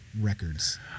records